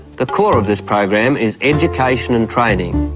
the core of this program is education and training.